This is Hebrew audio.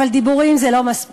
אבל דיבורים זה לא מספיק,